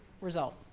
result